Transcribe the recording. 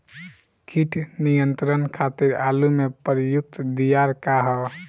कीट नियंत्रण खातिर आलू में प्रयुक्त दियार का ह?